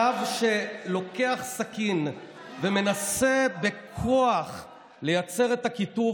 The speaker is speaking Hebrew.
קו שלוקח סכין ומנסה בכוח לייצר את הקיטוב,